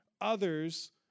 Others